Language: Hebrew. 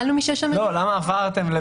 --- כשהאיחוד האירופי לא